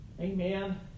Amen